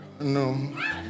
No